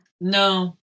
no